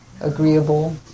agreeable